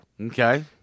Okay